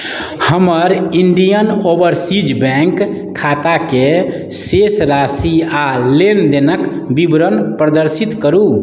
हमर Indian Overseas Bank खाताके शेष राशि आ लेन देनक विवरण प्रदर्शित करू